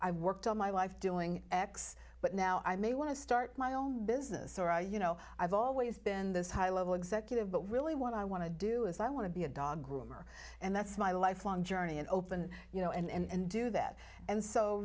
i worked all my life doing x but now i may want to start my own business or i you know i've always been this high level executive but really what i want to do is i want to be a dog groomer and that's my lifelong journey and open you know and do that and so